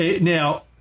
Now